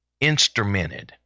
instrumented